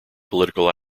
political